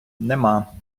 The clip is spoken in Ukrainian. нема